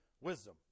Wisdom